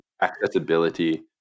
accessibility